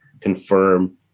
confirm